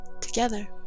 together